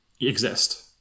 exist